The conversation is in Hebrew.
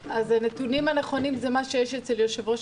הנתונים הנכונים זה מה שיש אצל יושבת-ראש